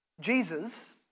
Jesus